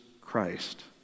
Christ